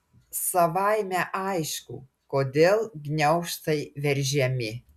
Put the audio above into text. savaime aišku kodėl gniaužtai veržiami